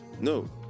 No